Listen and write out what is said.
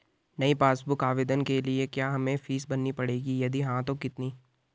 नयी passbook book आवेदन के लिए क्या हमें फीस भरनी पड़ेगी यदि हाँ तो कितनी?